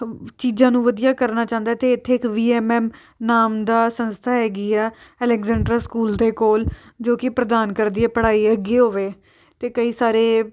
ਚੀਜ਼ਾਂ ਨੂੰ ਵਧੀਆ ਕਰਨਾ ਚਾਹੁੰਦਾ ਅਤੇ ਇੱਥੇ ਇੱਕ ਵੀ ਐੱਮ ਐੱਮ ਨਾਮ ਦਾ ਸੰਸਥਾ ਹੈਗੀ ਆ ਅਲੈਗਜੈਂਡਰ ਸਕੂਲ ਦੇ ਕੋਲ ਜੋ ਕਿ ਪ੍ਰਦਾਨ ਕਰਦੀ ਆ ਪੜ੍ਹਾਈ ਹੋਵੇ ਅਤੇ ਕਈ ਸਾਰੇ